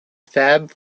fab